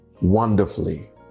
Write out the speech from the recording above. wonderfully